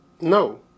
No